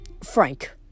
Frank